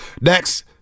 next